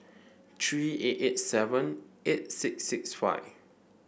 three eight eight seven eight six six five